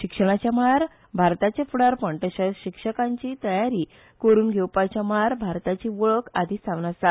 शिक्षणाच्या मळार भारताचे फुडारपण तशेच शिक्षकाची तयारी करुन घेवपाच्या मळार भारताची वळख आदीसावन आसा